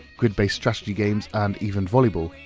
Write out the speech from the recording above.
grid-based strategy games, and even volleyball,